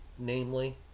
Namely